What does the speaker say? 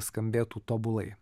skambėtų tobulai